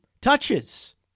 touches